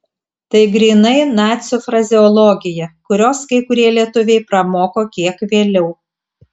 tai grynai nacių frazeologija kurios kai kurie lietuviai pramoko kiek vėliau